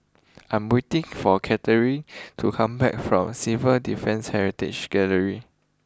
I am waiting for Katharyn to come back from Civil Defence Heritage Gallery